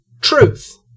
Truth